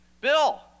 Bill